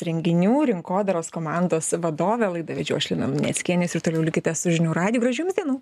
renginių rinkodaros komandos vadovę laidą vedžiau aš lina luneckienė ir toliau likite su žinių radiju gražių jums dienų